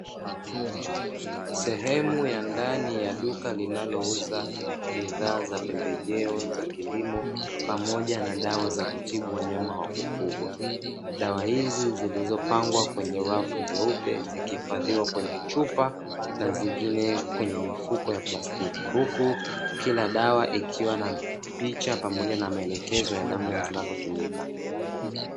Sehemu ya ndani ya duka linalouza bidhaa za pembejeo za kilimo pamoja na dawa za kutibu wanyama wa kufugwa, dawa hizi zilizopangwa kwenye rafu nyeupe zikihifadhiwa kwenye chupa na zingine kwenye mifuko ya plastiki, huku kila dawa ikiwa na picha pamoja na maelekezo ya namna zinavyotumika.